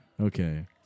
Okay